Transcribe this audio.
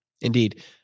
indeed